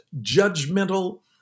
judgmental